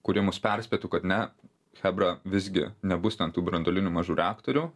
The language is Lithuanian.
kurie mus perspėtų kad ne chebra visgi nebus ten tų branduolinių mažų reaktorių